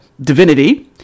divinity